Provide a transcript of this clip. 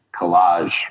collage